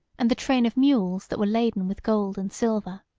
and the train of mules that were laden with gold and silver.